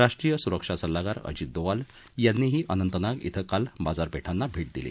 राष्ट्रीय सुरक्षा सल्लागार अजित दोवाल यांनीही अनंतनाग श्री काल बाजारापेठांना भेट दिली